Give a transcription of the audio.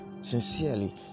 sincerely